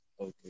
Okay